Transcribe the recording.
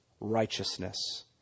righteousness